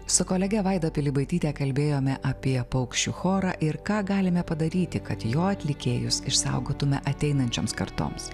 su kolege vaida pilibaityte kalbėjome apie paukščių chorą ir ką galime padaryti kad jo atlikėjus išsaugotume ateinančioms kartoms